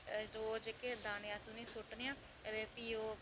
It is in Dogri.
रोज जेह्के दाने अस उ'नें ई सु'ट्टनें आं भी ओह्